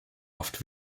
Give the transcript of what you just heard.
oft